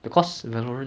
不知道